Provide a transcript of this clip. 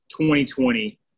2020